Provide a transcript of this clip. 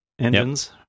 engines